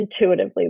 intuitively